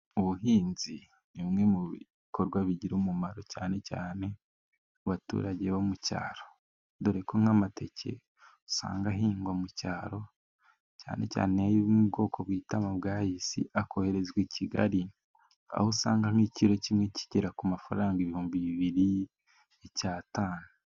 Ubuhinzi ni bimwe mu bikorwa bigira umumaro cyane cyane ku baturage bo mu cyaro, dore ko nk'amateke usanga ahingwa mu cyaro cyane cyane ayo mu bwoko bita amabwayisi, akoherezwa i Kigali aho usanga nk'ikiro kimwe kigera ku mafaranga ibihumbi bibiri icyatanu.